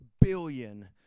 billion